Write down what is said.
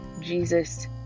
Jesus